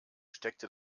steckte